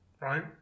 right